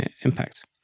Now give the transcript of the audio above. impact